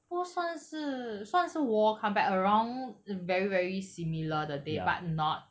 不算是算是 war come back around very very similar 的 day but not